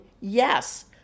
yes